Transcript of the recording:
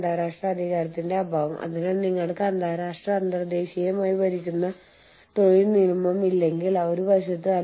ആചാരി chicken burger അതിനാൽ ഇത് പ്രാദേശിക രുചിക്ക് വളരെ വളരെ അനുയോജ്യമായ സാധനങ്ങളുള്ള ഒരു ബർഗറാണ്